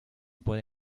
puede